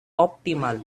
optimal